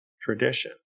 tradition